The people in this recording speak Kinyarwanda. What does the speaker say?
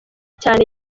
cyane